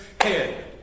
head